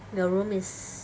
the room is